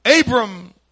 Abram